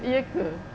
iya ke